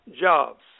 jobs